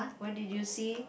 what did you see